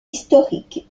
historique